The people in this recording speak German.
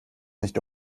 nicht